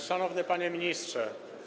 Szanowny Panie Ministrze!